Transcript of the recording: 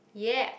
ya